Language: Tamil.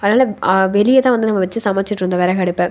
அதனால் வெளியே தான் வந்து நம்ம வைச்சு சமைச்சுகிட்ருந்தோம் விறகடுப்ப